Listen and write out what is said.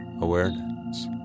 awareness